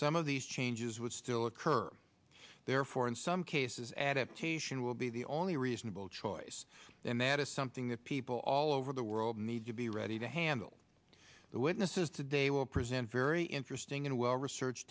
some of these changes would still occur therefore in some cases adaptation will be the only reasonable choice and that is something that people all over the world need to be ready to handle the witnesses today will present very interesting and well research